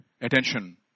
attention